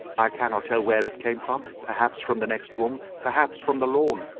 i cannot tell where it came from perhaps from the next room, perhaps from the lawn.